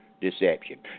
deception